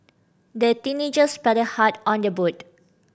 the teenagers paddled hard on their boat